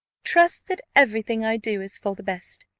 trust that every thing i do is for the best.